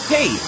Hey